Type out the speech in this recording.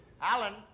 Alan